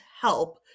help